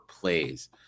plays